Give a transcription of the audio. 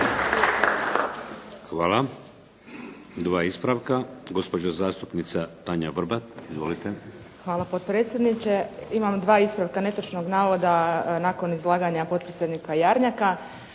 Hvala. Dva ispravka. Gospođa zastupnica Tanja Vrbat. Izvolite. **Vrbat Grgić, Tanja (SDP)** Hvala potpredsjedniče. Imam dva ispravka netočnog navoda nakon izlaganja potpredsjednika Jarnjaka.